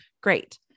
Great